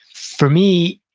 for me,